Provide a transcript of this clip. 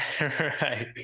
Right